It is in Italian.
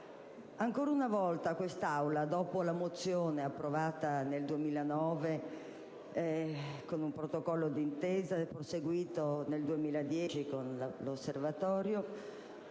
ancora una volta questa Assemblea, dopo la mozione approvata nel 2009 con un protocollo di intesa, impegno proseguito nel 2010 con l'Osservatorio,